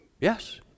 Yes